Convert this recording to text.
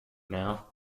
now